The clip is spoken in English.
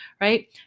Right